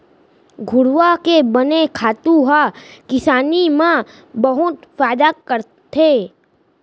घुरूवा के बने खातू ह किसानी म बहुत फायदा करथे